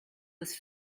was